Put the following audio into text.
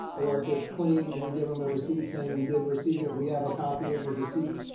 or if it's clean, we give them a receipt saying we did receive it. we have a copy of the receipt.